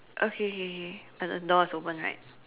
okay kay kay kay and the door is opened right